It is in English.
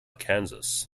kansas